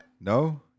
No